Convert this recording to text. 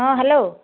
ହଁ ହ୍ୟାଲୋ